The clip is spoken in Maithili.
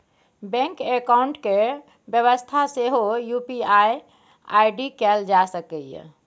बैंक अकाउंट केर बेबस्था सेहो यु.पी.आइ आइ.डी कएल जा सकैए